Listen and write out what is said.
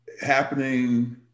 happening